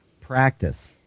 Practice